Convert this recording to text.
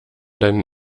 deinen